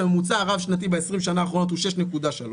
שהממוצע הרב שנתי ב-20 השנה האחרונות הוא 6.3%,